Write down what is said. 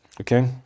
okay